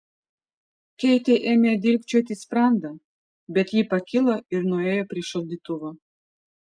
keitei ėmė dilgčioti sprandą bet ji pakilo ir nuėjo prie šaldytuvo